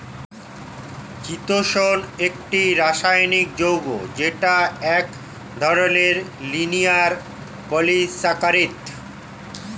চিতোষণ একটি রাসায়নিক যৌগ যেটা এক ধরনের লিনিয়ার পলিসাকারীদ